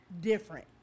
different